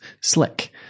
slick